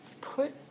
put